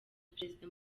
perezida